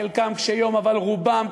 חלקם קשי-יום אבל רובם,